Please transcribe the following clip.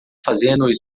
fazendo